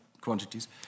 quantities